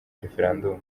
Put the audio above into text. referandumu